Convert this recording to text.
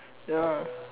ya